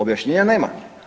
Objašnjenja nema.